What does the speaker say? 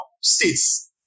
states